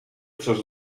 przez